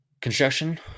construction